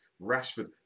Rashford